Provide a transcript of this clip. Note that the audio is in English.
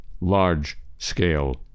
large-scale